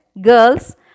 Girls